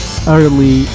early